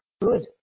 good